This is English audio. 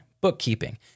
bookkeeping